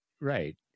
Right